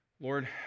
Lord